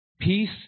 Peace